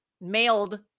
mailed